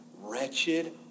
wretched